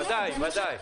בהחלט.